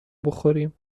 بخوریم